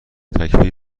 تکفیری